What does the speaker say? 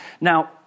Now